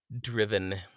driven